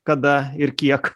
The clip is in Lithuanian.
kada ir kiek